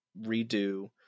redo